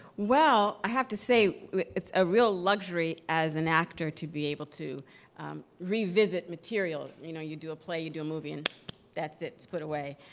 well, i have to say it's a real luxury as an actor to be able to revisit material. you know you do a play, you do a movie, and that's it, it's put away.